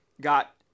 got